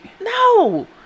No